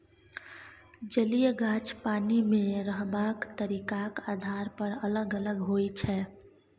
जलीय गाछ पानि मे रहबाक तरीकाक आधार पर अलग अलग होइ छै